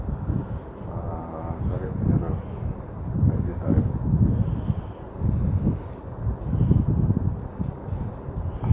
err sarif funeral francis harib